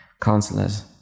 counselors